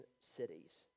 cities